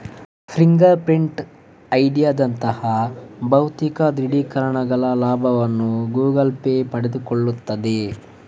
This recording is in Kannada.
ಫಿಂಗರ್ ಪ್ರಿಂಟ್ ಐಡಿಯಂತಹ ಭೌತಿಕ ದೃಢೀಕರಣಗಳ ಲಾಭವನ್ನು ಗೂಗಲ್ ಪೇ ಪಡೆದುಕೊಳ್ಳುತ್ತದೆ